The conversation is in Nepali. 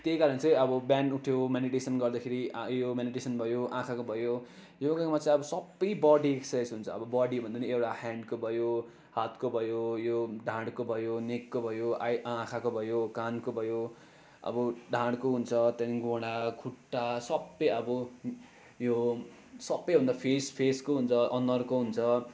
त्यहीकारण चाहिँ अब बिहान उठ्यो मेडिटेसन गर्दाखेरि यो मेडिटेसन भयो आँखाको भयो योगामा चाहिँ अब सबै बडी एक्सर्साइज हुन्छ अब बडीभन्दा नि एउटा ह्यान्डको भयो हातको भयो यो ढाँडको भयो नेकको भयो आई आँखाको भयो कानको भयो अब ढाँडको हुन्छ त्यहाँदेखि घुँडा खुट्टा सबै अब यो सबैभन्दा फेस फेसको हुन्छ अनुहारको हुन्छ